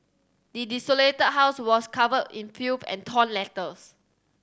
the desolated house was covered in filth and torn letters